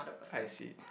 I see